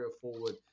forward